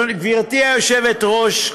גברתי היושבת-ראש,